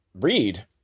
read